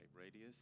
Radius